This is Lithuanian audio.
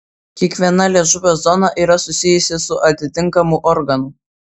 kiekviena liežuvio zona yra susijusi su atitinkamu organu